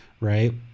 right